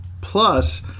plus